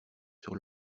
sur